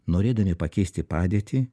norėdami pakeisti padėtį